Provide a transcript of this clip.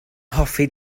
hoffi